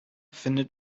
findet